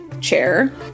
chair